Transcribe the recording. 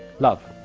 love.